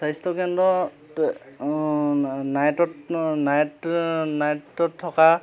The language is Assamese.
স্বাস্থ্যকেন্দ্ৰত নাইটত নাইট নাইটত থকা